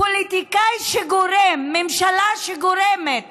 פוליטיקאי שגורם, ממשלה שגורמת